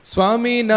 Swami